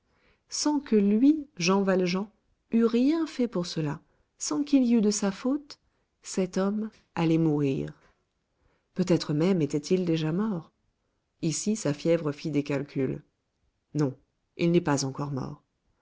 sans que lui jean valjean eût rien fait pour cela sans qu'il y eût de sa faute cet homme allait mourir peut-être même était-il déjà mort ici sa fièvre fit des calculs non il n'est pas encore mort